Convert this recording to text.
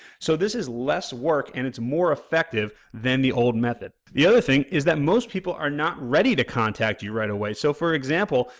so, this is less work and it's more effective than the old method. the other thing is that most people are not ready to contact you right away. so, for example,